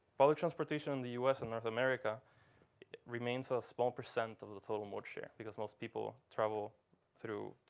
public transportation in the us and north america remains a small percent of the total mode share. because most people travel through